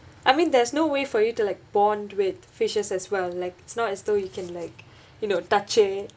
I mean there's no way for you to like bond with fishes as well like it's not as though you can like you know touch it